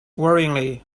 worryingly